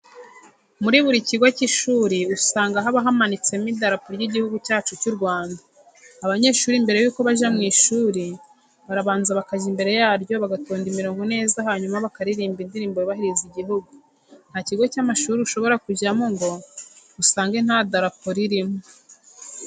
Muri buri kigo cy'ishuri usanga haba hamanitsemo idarapo ry'igihugu cyacu cy'u Rwanda. Abanyeshuri mbere yuko bajya mu ishuri barabanza bakajya imbere yaryo bagatonda imirongo neza hanyuma bakaririmba indirimbo yubahiriza igihugu. Nta kigo cy'amashuri ushobora kujyamo ngo usange nta darapo ririmo.